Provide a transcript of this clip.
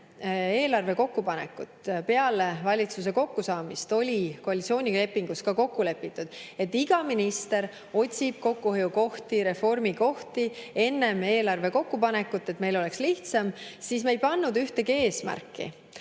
et kui meil peale valitsuse kokkusaamist oli koalitsioonilepingus kokku lepitud, et iga minister otsib kokkuhoiukohti ja reformikohti enne eelarve kokkupanekut, et meil oleks lihtsam, siis me ei pannud ühtegi eesmärki.